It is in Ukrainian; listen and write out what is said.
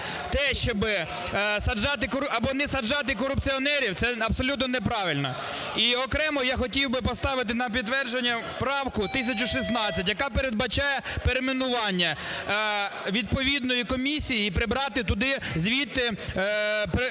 те, щоби саджати або не саджати корупціонерів, це абсолютно неправильно. І окремо я хотів би поставити на підтвердження правку 1016, яка передбачає перейменування відповідної комісії і прибрати туди... звідти слово